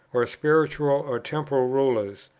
or spiritual or temporal rulers,